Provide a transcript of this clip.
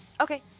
Okay